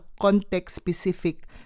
context-specific